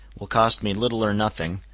will cost me little or nothing,